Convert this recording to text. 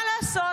מה לעשות,